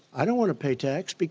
i don't want to pay tax. but